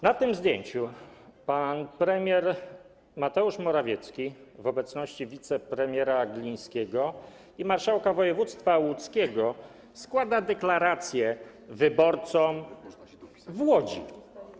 Na tym zdjęciu pan premier Mateusz Morawiecki w obecności wicepremiera Glińskiego i marszałka województwa łódzkiego składa deklarację wyborcom w Łodzi.